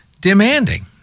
demanding